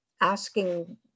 Asking